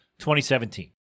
2017